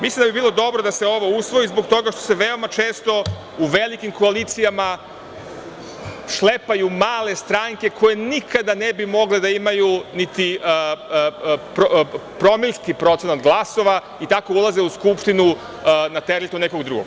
Mislim da bi bilo dobro da se ovo usvoji zbog toga što se veoma često uz velike koalicije šlepaju male stranke koje nikada ne bi mogle da imaju niti promilski procenat glasova i tako ulaze u Skupštinu na teret nekog drugog.